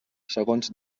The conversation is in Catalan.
segons